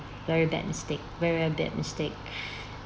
very bad mistake very very bad mistake